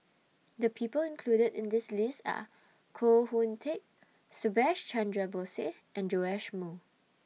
The People included in The list Are Koh Hoon Teck Subhas Chandra Bose and Joash Moo